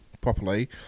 properly